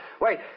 wait